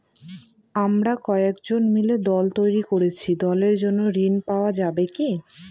আমরা কয়েকজন মিলে দল তৈরি করেছি দলের জন্য ঋণ পাওয়া যাবে কি?